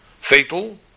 fatal